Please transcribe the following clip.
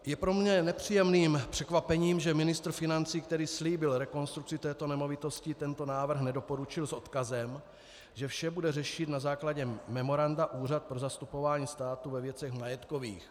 Je pro mě nepříjemným překvapením, že ministr financí, který slíbil rekonstrukci této nemovitosti, tento návrh nedoporučil s odkazem, že vše bude řešit na základě memoranda Úřad pro zastupování státu ve věcech majetkových.